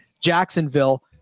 Jacksonville